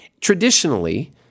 Traditionally